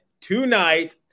tonight